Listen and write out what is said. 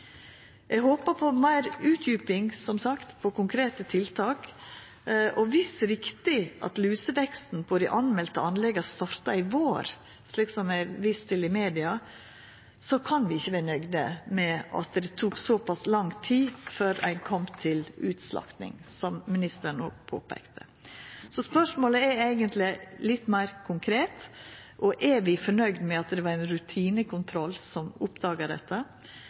Eg håpar på meir utdjuping, som sagt, om konkrete tiltak. Og dersom det er riktig at luseveksten på dei melde anlegga starta i vår, slik det er vist til i media, kan vi ikkje vera nøgde med at det tok såpass lang tid før det kom til utslakting, som ministeren no påpeika. Så spørsmålet er eigentleg, litt meir konkret: Er vi fornøgde med at dette vart oppdaga ved ein rutinekontroll?